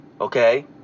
Okay